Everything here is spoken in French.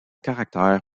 caractère